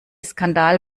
skandal